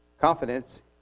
confidence